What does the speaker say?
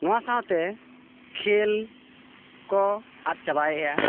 ᱱᱚᱶᱟ ᱥᱟᱶᱛᱮ ᱠᱷᱮᱞ ᱠᱚ ᱟᱫ ᱪᱟᱵᱟᱭᱮᱜᱼᱟ